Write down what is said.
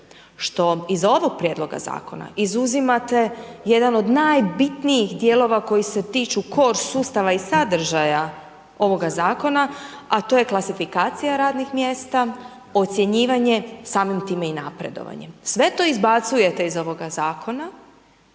što iz ovog prijedloga zakona izuzimate jedan od najbitnijih dijelova koji se tiču KOR sustava i sadržaja ovoga zakona to je klasifikacija radnih mjesta, ocjenjivanje, samim time i napredovanje. Sve to izbacujete iz ovoga zakona